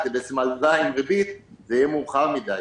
אלא הלוואה עם ריבית יהיה מאוחר מדי.